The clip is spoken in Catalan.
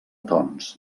tons